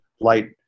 light